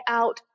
out